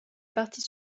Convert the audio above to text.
partie